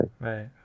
Right